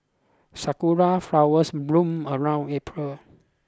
sakura flowers bloom around April